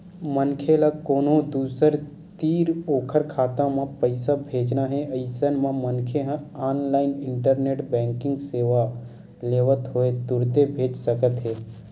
मनखे ल कोनो दूसर तीर ओखर खाता म पइसा भेजना हे अइसन म मनखे ह ऑनलाइन इंटरनेट बेंकिंग सेवा लेवत होय तुरते भेज सकत हे